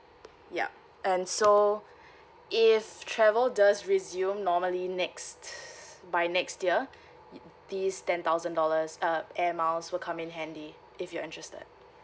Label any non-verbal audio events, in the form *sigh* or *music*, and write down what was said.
yup and so if travel does resume normally next *noise* by next year this ten thousand dollars uh air miles will come in handy if you're interested